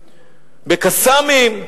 ב"קסאמים",